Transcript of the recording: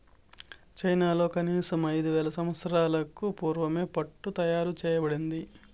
చైనాలో కనీసం ఐదు వేల సంవత్సరాలకు పూర్వమే పట్టు తయారు చేయబడింది